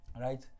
right